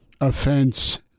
offense